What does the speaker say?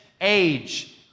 age